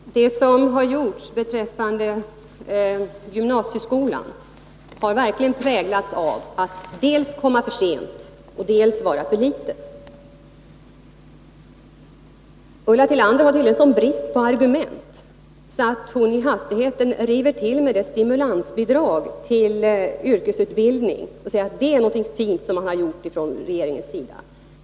Herr talman! Det som har gjorts beträffande gymnasieskolan har verkligen präglats av att det dels kommer för sent, dels är för litet. Ulla Tillander har tydligen en sådan brist på argument att hon i hastigheten tar till stimulansbidraget när det gäller yrkesutbildning och säger att det är någonting fint som man har infört från regeringens sida.